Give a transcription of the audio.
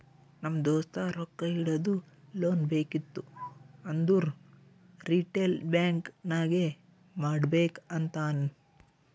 ನಮ್ ದೋಸ್ತ ರೊಕ್ಕಾ ಇಡದು, ಲೋನ್ ಬೇಕಿತ್ತು ಅಂದುರ್ ರಿಟೇಲ್ ಬ್ಯಾಂಕ್ ನಾಗೆ ಮಾಡ್ಬೇಕ್ ಅಂತಾನ್